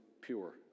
pure